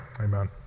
Amen